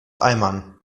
eimern